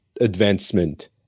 advancement